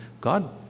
God